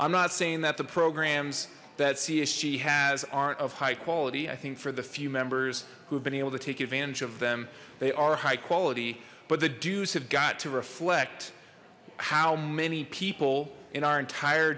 i'm not saying that the programs that csg has aren't of high quality i think for the few members who have been able to take advantage of them they are high quality but the dues have got to reflect how many people in our entire